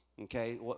Okay